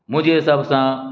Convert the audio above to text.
मुंहिंजे हिसाब सां